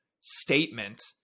statement